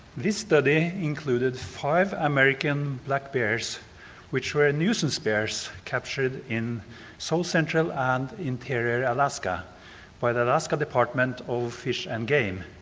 this study included five american black bears which were nuisance bears captured in south so central and interior alaska by the alaska department of fish and game.